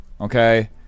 Okay